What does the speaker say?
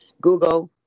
Google